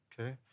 okay